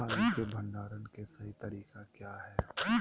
आलू के भंडारण के सही तरीका क्या है?